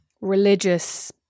religious